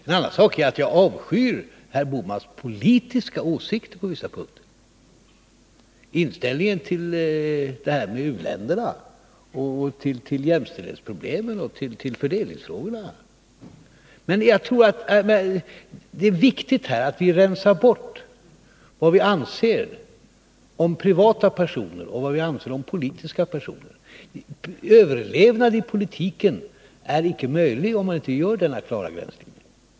En annan sak är att jag avskyr herr Bohmans politiska åsikter på vissa punkter, exempelvis inställningen till frågan om u-länderna, till jämställdhetsproblemen och till fördelningsfrågorna. Men det är viktigt att vi rensar bort vad vi anser om privatpersoner och vad vi anser om politiska personer. Överlevnad i politiken är icke möjlig om man inte gör denna klara avgränsning.